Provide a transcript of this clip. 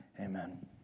amen